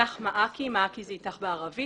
איתך-מעכי "מעכי" זה "איתך" בערבית